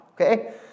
Okay